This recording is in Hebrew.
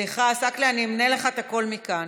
סליחה, עסאקלה, אמנה לך את הקול מכאן.